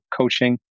coaching